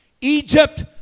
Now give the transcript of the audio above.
Egypt